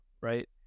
right